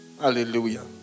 Hallelujah